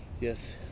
Yes